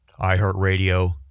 iHeartRadio